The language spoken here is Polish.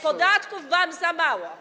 Podatków wam za mało.